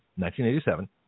1987